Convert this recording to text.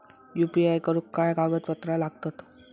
UPI करुक काय कागदपत्रा लागतत?